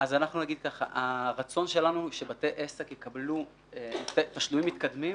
אנחנו נגיד שהרצון שלנו הוא שבתי עסק יקבלו תשלומים מתקדמים,